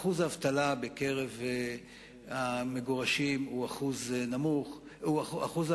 שיעור האבטלה בקרב המגורשים הוא גבוה מאוד.